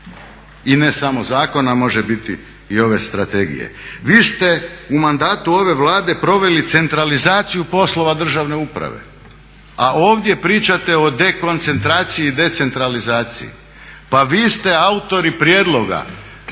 i ne samo zakona može biti i ove strategije. Vi ste u mandatu ove Vlade proveli centralizaciju poslova državne uprave a ovdje pričate o dekoncentraciji i decentralizaciji. Pa vi ste autori prijedloga